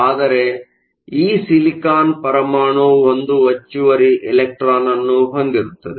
ಆದರೆ ಈ ಸಿಲಿಕಾನ್ ಪರಮಾಣು ಒಂದು ಹೆಚ್ಚುವರಿ ಎಲೆಕ್ಟ್ರಾನ್ ಅನ್ನು ಹೊಂದಿರುತ್ತದೆ